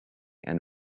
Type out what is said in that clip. and